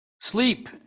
Sleep